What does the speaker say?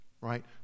right